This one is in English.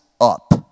up